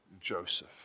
Joseph